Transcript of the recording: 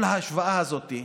כל ההשוואה הזאת,